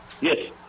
Yes